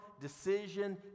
decision